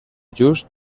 just